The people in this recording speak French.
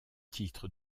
titre